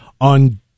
on